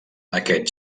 aquest